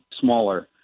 smaller